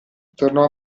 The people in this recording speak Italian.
tornò